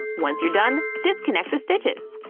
once you're done disconnect the stitches.